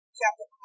chapter